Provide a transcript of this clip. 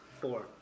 Four